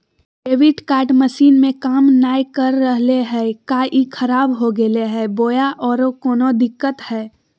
Debit card machine में काम नाय कर रहले है, का ई खराब हो गेलै है बोया औरों कोनो दिक्कत है?